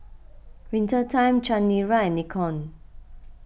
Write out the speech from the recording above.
Winter Time Chanira and Nikon